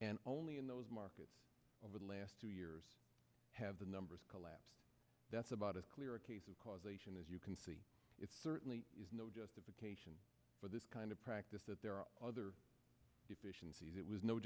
and only in those markets over the last two years have the numbers collapsed that's about as clear a case of causation as you can see it's certainly justification for this kind of practice that there are other deficiencies it was no